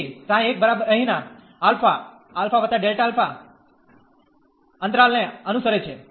તેથી ξ 1 બરાબર અહીંના α α Δα અંતરાલને અનુસરે છે